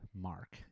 Mark